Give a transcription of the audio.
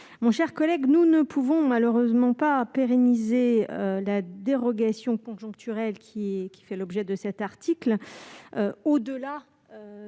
mon cher collègue, nous ne pouvons malheureusement pas pérenniser la dérogation conjoncturel qui qui fait l'objet de cet article, au-delà